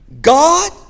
God